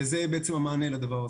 זה בעצם המענה לדבר הזה.